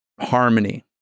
harmony